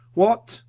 what?